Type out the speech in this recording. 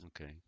okay